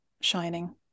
shining